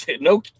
No